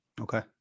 okay